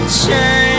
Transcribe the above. change